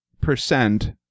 percent